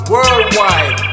Worldwide